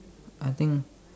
I think